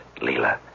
Leela